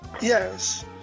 yes